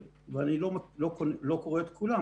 יש מצבי קיצון,